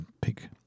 pick